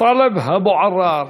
טלב אבו עראר.